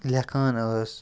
لیٚکھان ٲس